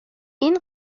این